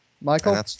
Michael